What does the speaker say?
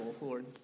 Lord